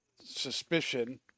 suspicion